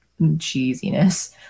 cheesiness